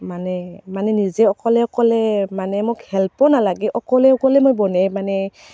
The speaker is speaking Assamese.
মানে মানে নিজে অকলে অকলে মানে মোক হেল্পো নালাগে অকলে অকলে মই বনাই মানে